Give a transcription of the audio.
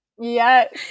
yes